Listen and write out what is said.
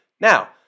Now